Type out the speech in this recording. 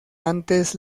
antes